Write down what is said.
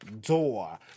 door